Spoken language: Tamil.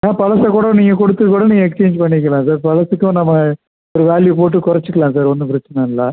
பழசை கூட நீங்கள் கொடுத்து கூட நீங்கள் எக்ஸ்சேஞ்ச் பண்ணிக்கலாம் சார் பழசுக்கும் நம்ம ஒரு வேல்யூ போட்டு குறச்சிக்கலாம் சார் ஒன்றும் பிரச்சனை இல்லை